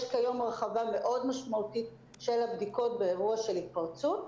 יש היום הרחבה מאוד משמעותית של הבדיקות באירוע של התפרצות,